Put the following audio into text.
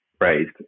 raised